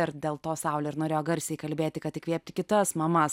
ir dėl to saulė ir norėjo garsiai kalbėti kad įkvėpti kitas mamas